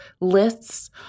lists